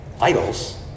Idols